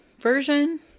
version